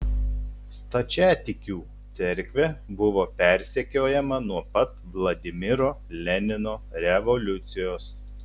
stačiatikių cerkvė buvo persekiojama nuo pat vladimiro lenino revoliucijos